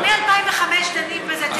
כן, אבל ניסן, מ-2005 דנים בזה.